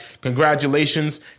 Congratulations